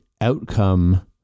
outcome